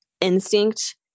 instinct